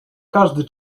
każdy